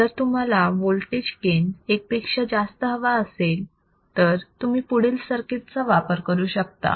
जर तुम्हाला voltage gain 1 पेक्षा जास्त हवा असेल तर तुम्ही पुढील सर्किट चा वापर करू शकता